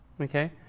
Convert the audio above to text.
Okay